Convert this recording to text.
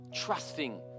trusting